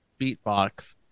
beatbox